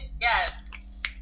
Yes